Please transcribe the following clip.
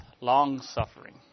long-suffering